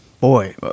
boy